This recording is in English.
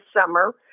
summer